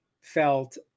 felt